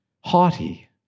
haughty